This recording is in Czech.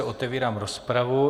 Otevírám rozpravu.